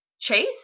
Chase